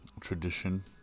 Tradition